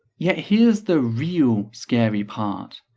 yet here's the real scary part.